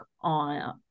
on